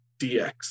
DX